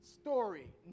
story